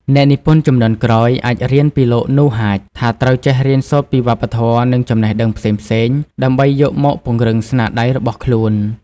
អ្នកនិពន្ធជំនាន់ក្រោយអាចរៀនពីលោក នូ ហាច ថាត្រូវចេះរៀនសូត្រពីវប្បធម៌ និងចំណេះដឹងផ្សេងៗ ដើម្បីយកមកពង្រឹងស្នាដៃរបស់ខ្លួន។